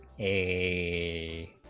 a